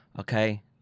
okay